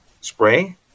spray